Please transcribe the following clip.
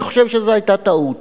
אני חושב שזו היתה טעות,